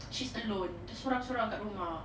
she's alone dia sorang-sorang kat rumah